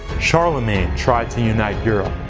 charlemagne tried to unite europe,